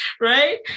Right